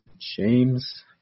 James